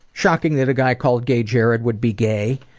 shocking that a guy called gay jared would be gay.